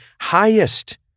highest